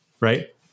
right